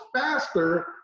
faster